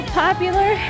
popular